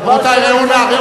חבל שלא הצגת את היעדים.